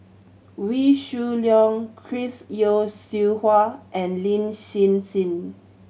Wee Shoo Leong Chris Yeo Siew Hua and Lin Hsin Hsin